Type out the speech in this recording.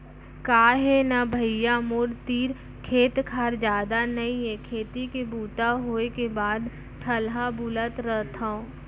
का हे न भइया मोर तीर खेत खार जादा नइये खेती के बूता होय के बाद ठलहा बुलत रथव